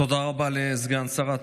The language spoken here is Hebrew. תודה רבה לסגן שרת התחבורה.